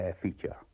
feature